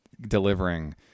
delivering